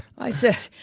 i said,